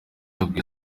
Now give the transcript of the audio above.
abwira